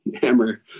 hammer